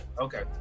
Okay